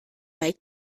bike